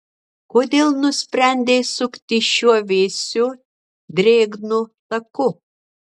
kodėl nusprendei sukti šiuo vėsiu drėgnu taku